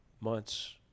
months